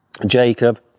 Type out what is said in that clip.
Jacob